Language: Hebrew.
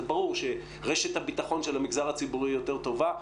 זה ברור שרשת הביטחון של המגזר הציבורי יותר טובה.